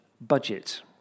budget